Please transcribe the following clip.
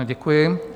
Děkuji.